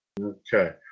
Okay